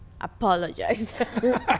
apologize